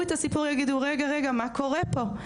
את הסיפור ויגידו רגע רגע מה קורה פה?